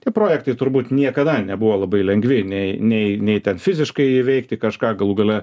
tie projektai turbūt niekada nebuvo labai lengvi nei nei nei ten fiziškai įveikti kažką galų gale